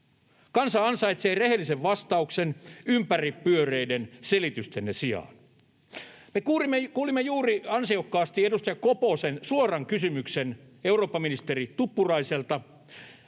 Kansa ansaitsee rehellisen vastauksen ympäripyöreiden selitystenne sijaan. Me kuulimme juuri edustaja Koposen ansiokkaan, suoran kysymyksen eurooppaministeri Tuppuraiselle.